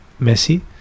Messi